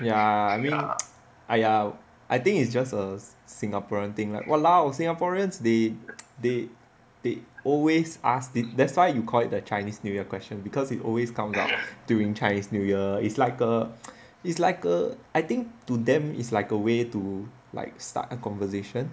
ya I mean !aiya! I think it's just a singaporean thing !walao! singaporeans they they they always ask this that's why you call it the chinese new year question cause it always come down during chinese new year err is like a it's like err I think to them is like a way to like start a conversation